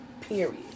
Period